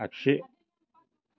आग्सि